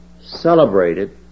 celebrated